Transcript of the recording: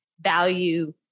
value